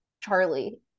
Charlie